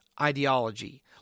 ideology